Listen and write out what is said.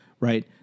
Right